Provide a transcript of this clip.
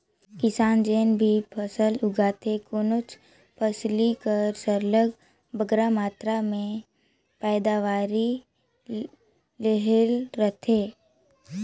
किसान जेन भी फसल उगाथे कोनोच फसिल कर सरलग बगरा मातरा में पएदावारी लेहे ले रहथे